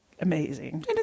amazing